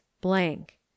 blank